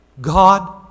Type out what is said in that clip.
God